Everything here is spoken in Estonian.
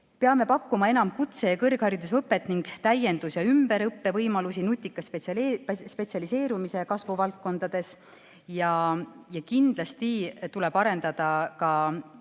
Peame pakkuma enam kutse‑ ja kõrgharidusõpet ning täiendus‑ ja ümberõppevõimalusi nutika spetsialiseerumise kasvuvaldkondades. Kindlasti tuleb arendada